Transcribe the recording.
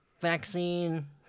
vaccine